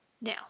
Now